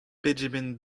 pegement